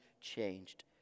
changed